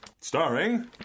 starring